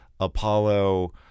apollo